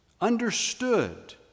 understood